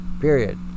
Period